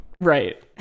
Right